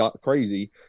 crazy